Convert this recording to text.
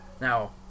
Now